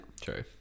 True